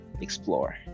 explore